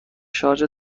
شارژر